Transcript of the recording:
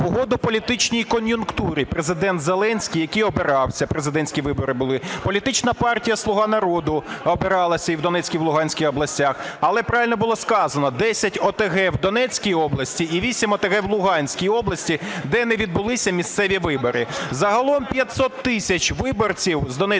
угоду політичній кон'юнктурі Президент Зеленський, який обирався, президентські вибори були, політична партія "Слуга народу" обиралась і в Донецькій, і в Луганській областях… Але правильно було сказано, 10 ОТГ в Донецькій області і 8 ОТГ в Луганській області, де не відбулися місцеві вибори. Загалом 500 тисяч виборців з Донецької та